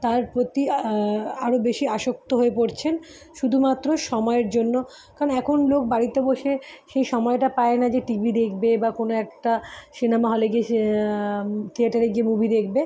তার প্রতি আরো বেশি আসক্ত হয়ে পড়ছেন শুধুমাত্র সময়ের জন্য কারণ এখন লোক বাড়িতে বসে সেই সময়টা পায় না যে টিভি দেখবে বা কোনো একটা সিনেমা হলে গিয়ে সে থিয়েটারে গিয়ে মুভি দেখবে